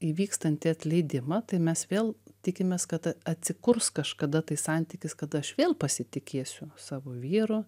įvykstantį atleidimą tai mes vėl tikimės kad atsikurs kažkada tai santykis kad aš vėl pasitikėsiu savo vyru